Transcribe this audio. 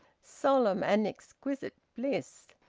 solemn and exquisite bliss!